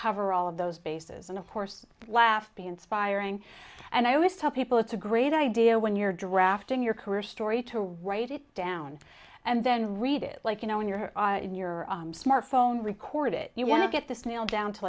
cover all of those bases and of course laugh be inspiring and i always tell people it's a great idea when you're drafting your career story to write it down and then read it like you know when you're on your smartphone record it you want to get this nailed down to